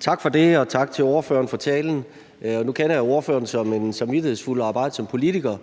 Tak for det, og tak til ordføreren for talen. Jeg kender ordføreren som en samvittighedsfuld og arbejdsom politiker,